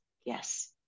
yes